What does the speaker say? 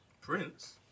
Prince